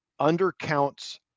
undercounts